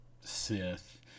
Sith